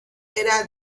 era